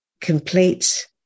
complete